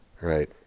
right